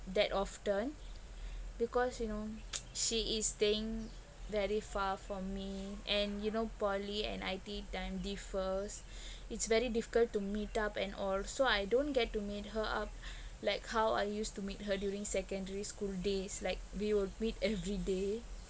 that often because you know she is staying very far for me and you know poly and I_T_E time differs it's very difficult to meet up and all so I don't get to meet her up like how I used to meet her during secondary school days like we would meet every day